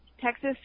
Texas